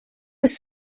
was